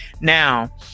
Now